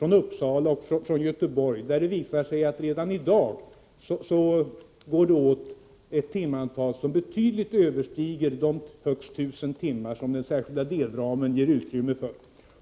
i Uppsala och i Göteborg där det visar sig att det redan i dag går åt ett timantal som betydligt överstiger de högst 1000 timmar som den särskilda delramen ger utrymme för.